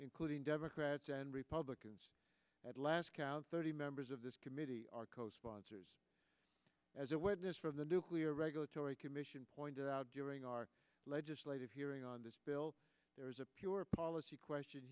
including democrats and republicans at last count thirty members of this committee are co sponsors as a witness from the nuclear regulatory commission pointed out during our legislative hearing on this bill there is a pure policy question